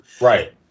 Right